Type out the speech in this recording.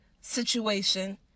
situation